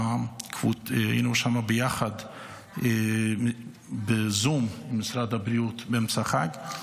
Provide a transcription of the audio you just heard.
והיינו שם ביחד בזום עם משרד הבריאות באמצע החג.